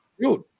dude